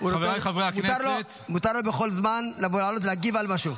חבריי חברי הכנסת -- מותר לו בכל זמן לעלות להגיב על משהו.